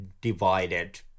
divided